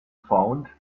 found